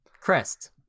Crest